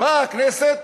באה הכנסת,